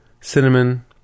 cinnamon